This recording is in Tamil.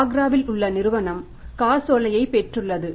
ஆக்ராவில் உள்ள நிறுவனம் காசோலையை பெற்றுள்ளது